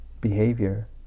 behavior